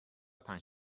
پنج